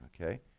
okay